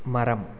மரம்